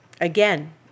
again